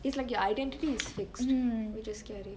it's like your identity is fixed which is scary